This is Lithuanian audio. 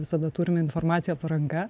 visada turime informaciją po ranka